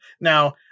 Now